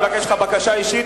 אני מבקש ממך בקשה אישית,